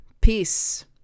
peace